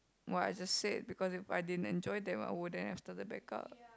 what I just said because if I didn't enjoy them I wouldn't have started back up